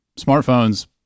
smartphones